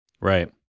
Right